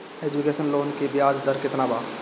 Education loan की ब्याज दर केतना बा?